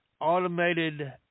automated